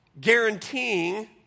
guaranteeing